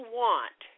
want